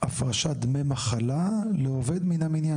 הפרשת דמי מחלה לעובד מן המניין.